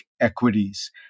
equities